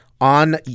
on